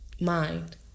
Mind